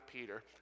Peter